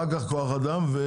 אחר כך כוח וועדים.